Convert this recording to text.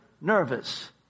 nervous